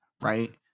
right